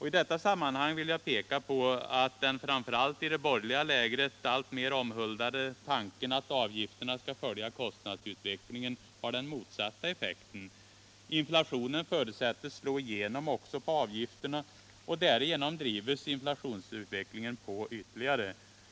I detta sammanhang vill jag peka på att den, framför allt i det borgerliga lägret, alltmer omhuldade tanken att avgifterna skall följa kostnadsutvecklingen har den motsatta effekten. Inflationen förutsätts slå igenom också på avgifterna, och därigenom drivs inflationsutvecklingen på ytterligare.